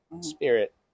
spirit